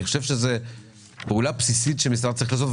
אני חושב שזה פעולה בסיסית שהמשרד צריך לעשות,